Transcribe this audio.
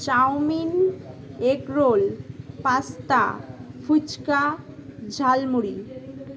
chowmein egg roll pasta fuchka jhalmuri